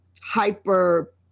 hyper